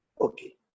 Okay